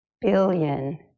billion